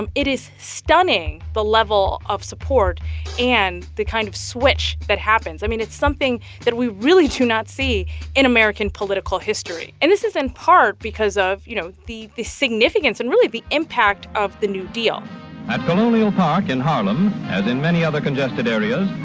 um it is stunning the level of support and the kind of switch that happens. i mean, it's something that we really do not see in american political history. and this is in part because of, you know, the the significance and, really, the impact of the new deal at colonial park in harlem, as in many other congested areas,